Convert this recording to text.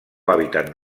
hàbitat